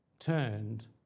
Turned